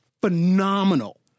phenomenal